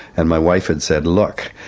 and my wife had said, look,